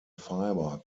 fiber